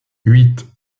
huit